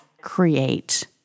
create